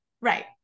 right